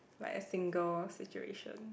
like a single situation